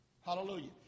Hallelujah